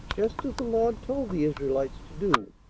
just as the lord told the israelites to do.